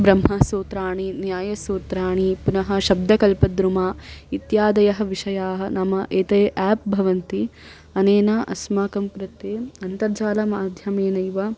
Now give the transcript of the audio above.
ब्रह्मसूत्राणि न्यायसूत्राणि पुनः शब्दकल्पद्रुमा इत्यादयः विषयाः नाम एते आप् भवन्ति अनेन अस्माकं कृते अन्तर्जालमाध्यमेनैव